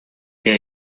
què